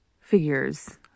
figures